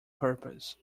purpose